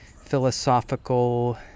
philosophical